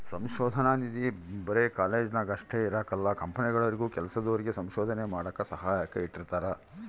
ಸಂಶೋಧನಾ ನಿಧಿ ಬರೆ ಕಾಲೇಜ್ನಾಗ ಅಷ್ಟೇ ಇರಕಲ್ಲ ಕಂಪನಿಗುಳಾಗೂ ಕೆಲ್ಸದೋರಿಗೆ ಸಂಶೋಧನೆ ಮಾಡಾಕ ಸಹಾಯಕ್ಕ ಇಟ್ಟಿರ್ತಾರ